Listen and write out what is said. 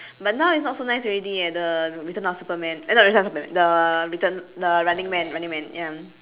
but now it's not so nice already eh the return of superman eh not return of superman the return the running man running man ya